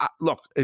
look